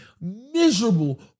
miserable